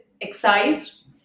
excised